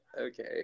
Okay